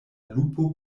lupo